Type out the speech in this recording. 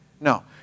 No